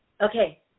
Okay